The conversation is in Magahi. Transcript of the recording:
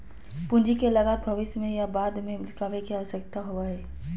पूंजी की लागत भविष्य में या बाद में चुकावे के आवश्यकता होबय हइ